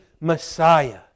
Messiah